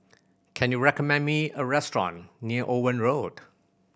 can you recommend me a restaurant near Owen Road